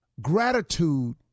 Gratitude